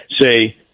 say